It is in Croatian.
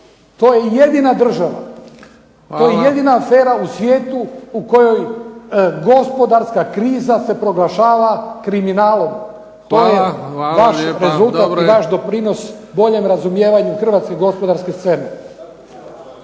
To je jedina država, to je jedina afera u svijetu u kojoj gospodarska kriza se proglašava kriminalom. To je vaš rezultat i vaš doprinos boljem razumijevanju Hrvatske gospodarske scene.